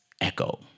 Echo